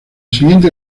siguiente